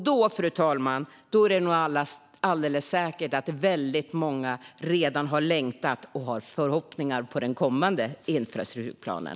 Då, fru talman, är det nog alldeles säkert att väldigt många redan har längtat och har förhoppningar på den kommande infrastrukturplanen.